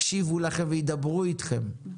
בבקשות יקשיבו לכם וידברו אתכם,